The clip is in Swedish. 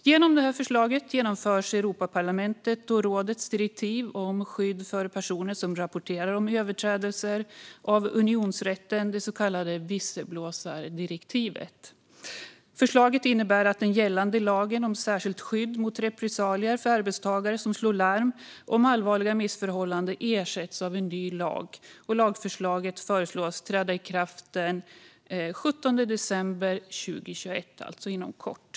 Genom detta förslag genomförs Europaparlamentets och rådets direktiv om skydd för personer som rapporterar om överträdelser av unionsrätten, det så kallade visselblåsardirektivet. Förslaget innebär att den gällande lagen om särskilt skydd mot repressalier för arbetstagare som slår larm om allvarliga missförhållanden ersätts av en ny lag. Lagförslaget föreslås träda i kraft den 17 december 2021, alltså inom kort.